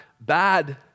bad